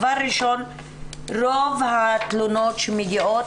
דבר ראשון הוא שרוב התלונות שמגיעות,